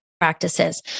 practices